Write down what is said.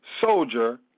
soldier